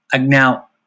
now